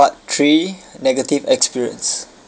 part three negative experience